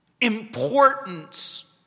importance